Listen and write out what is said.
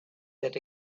that